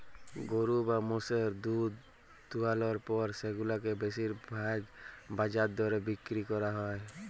গরু বা মোষের দুহুদ দুয়ালর পর সেগুলাকে বেশির ভাগই বাজার দরে বিক্কিরি ক্যরা হ্যয়